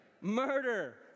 Murder